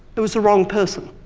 it was the wrong person.